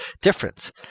difference